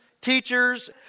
teachers